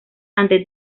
ante